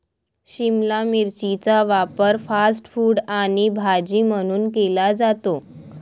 शिमला मिरचीचा वापर fast food आणि भाजी म्हणून केला जातो